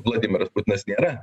vladimiras putinas nėra